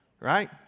Right